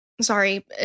Sorry